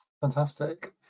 Fantastic